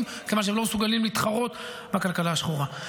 מכיוון שהם לא מסוגלים להתחרות בכלכלה השחורה.